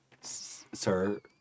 sir